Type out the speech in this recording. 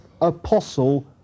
apostle